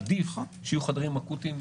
עדיף שיהיו חדרים אקוטיים,